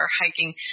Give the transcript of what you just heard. hiking